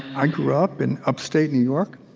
i grew up in upstate new york,